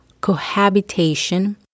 cohabitation